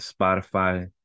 Spotify